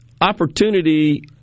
opportunity